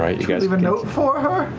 yeah leave a note for her?